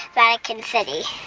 vatican city